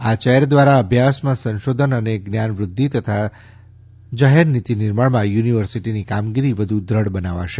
આ ચેર દ્વારા આભ્યાસમાં સંશોધન અને જ્ઞાનવૃષ્યિ તથા જાહેરનિતી નિર્માણમાં યુનિવર્સિટીની કામગીરી વધુ દ્રઢ બનાવાશે